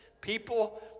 people